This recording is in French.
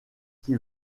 qui